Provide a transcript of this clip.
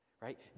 right